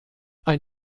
ein